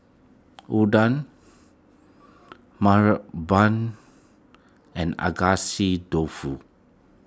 Unadon Banh and Agedashi Dofu